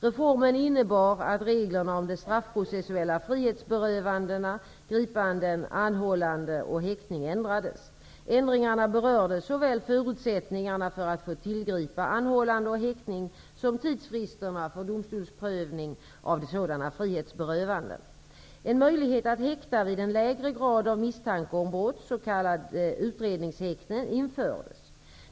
Reformen innebar att reglerna om de straffprocessuella frihetsberövandena gripande, anhållande och häktning ändrades. Ändringarna berörde såväl förutsättningarna för att få tillgripa anhållande och häktning som tidsfristerna för domstolsprövning av sådana frihetsberövanden. En möjlighet att häkta vid en lägre grad av misstanke om brott, s.k. utredningshäktning, infördes.